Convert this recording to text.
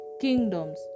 kingdoms